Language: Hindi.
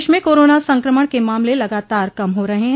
प्रदेश में कोरोना संक्रमण के मामले लगातार कम हो रहे हैं